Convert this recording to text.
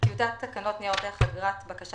טיוטת תקנות ניירות ערך (אגרת בקשה